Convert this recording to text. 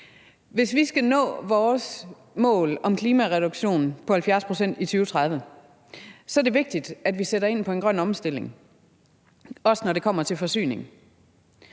Hvis vi skal nå vores mål om klimareduktion på 70 pct. i 2030, er det vigtigt, at vi sætter ind med grøn omstilling, også når det kommer til forsyning.